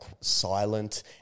silent